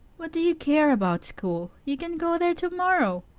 what do you care about school? you can go there tomorrow.